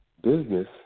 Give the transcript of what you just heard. Business